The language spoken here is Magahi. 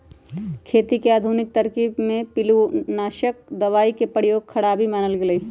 खेती के आधुनिक तरकिब में पिलुआनाशक दबाई के प्रयोग खराबी मानल गेलइ ह